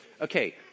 Okay